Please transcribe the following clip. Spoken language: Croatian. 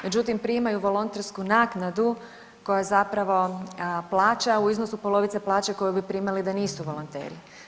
Međutim, primaju volontersku naknadu koja je zapravo plaća u iznosu polovice plaću koju bi primali da nisu volonteri.